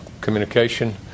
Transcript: communication